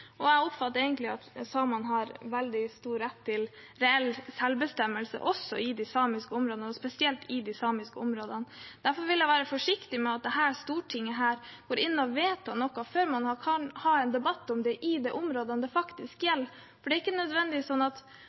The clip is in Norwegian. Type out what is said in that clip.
Jeg oppfatter egentlig at samene har veldig stor rett til reell selvbestemmelse, og spesielt i de samiske områdene. Derfor vil jeg si at Stortinget bør være forsiktig med å gå inn og vedta noe før man kan ha en debatt om det i de områdene det faktisk gjelder. Det er ikke nødvendigvis sånn at